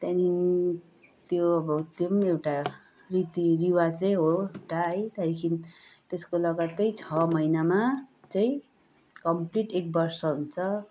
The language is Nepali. त्यहाँदेखि त्यो पनि एउटा रीति रिवाजै हो एउटा त्यहाँदेखि त्यसको लगत्तै छ महिनामा चाहिँ कमप्लिट एक वर्ष हुन्छ